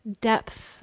depth